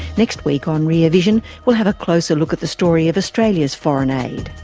next week on rear vision, we'll have a closer look at the story of australia's foreign aid.